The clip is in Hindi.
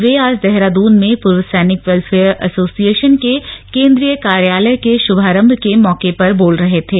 वे आज देहरादून में पूर्व सैनिक वेल्फेयर एसोसिएशन के केन्द्रीय कार्यालय के शुभारम्भ के मौके पर बोल रहे थे